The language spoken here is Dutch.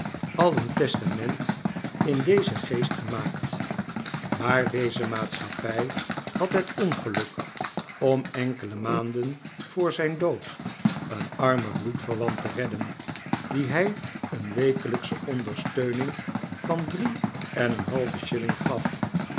al een testament in dezen geest gemaakt maar deze maatschappij had het ongeluk om enkele maanden voor zijn dood een armen bloedverwant te redden dien hij een wekelijksche ondersteuning van drie en een halven shilling gaf